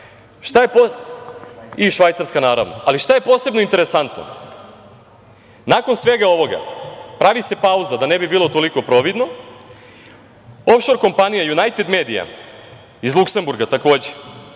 Švajcarska, naravno. Ali, šta je posebno interesantno? Nakon svega ovoga pravi se pauza, da ne bi bilo toliko providno, ofšor kompanija „Junajted medija“, iz Luksemburga takođe,